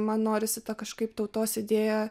man norisi kažkaip tautos idėją